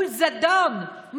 מול זדון,